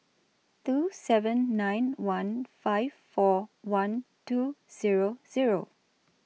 two seven nine one five four one two Zero Zero